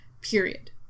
period